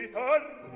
heart